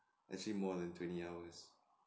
actually more than twenty hours